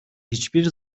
hiçbir